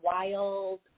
wild